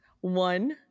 one